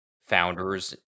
founders